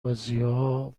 بازها